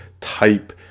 type